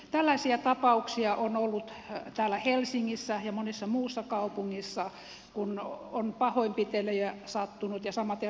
tällaisia tapauksia on ollut täällä helsingissä ja monessa muussa kaupungissa kun on pahoinpitelyjä sattunut ja samaten raiskaustapauksia